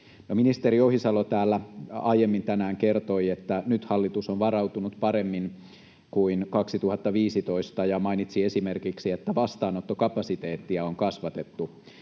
Ministeri Ohisalo täällä aiemmin tänään kertoi, että nyt hallitus on varautunut paremmin kuin vuonna 2015, ja mainitsi esimerkiksi, että vastaanottokapasiteettia on kasvatettu.